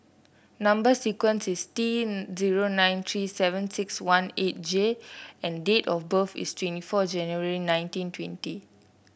number sequence is T zero nine three seven six one eight J and date of birth is twenty four January nineteen twenty